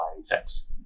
effects